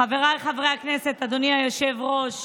חבריי חברי הכנסת, אדוני היושב-ראש,